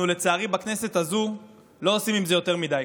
אנחנו לצערי בכנסת הזאת אנחנו לא עושים עם זה יותר מדי.